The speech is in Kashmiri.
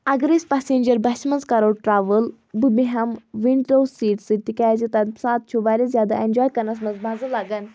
اگر أسۍ پَیٚسَنجَر بَسہِ منٛز کَرو ٹرٛوٕل بہٕ بَیٚہم وِنٛڈو سیٖٹ سۭتۍ تِکیازِ تمہِ ساتہٕ چھُ واریاہ زیادٕ اؠنجاے کَرنَس منٛز مَزٕ لَگان